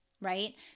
right